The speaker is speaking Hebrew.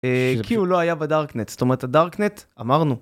כי הוא לא היה בדארקנט זאת אומרת, הדארקנט, אמרנו